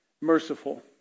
Merciful